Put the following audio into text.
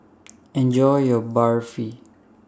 Enjoy your Barfi